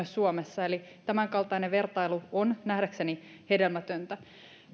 suomessa eli tämänkaltainen vertailu on nähdäkseni hedelmätöntä